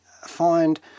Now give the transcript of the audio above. find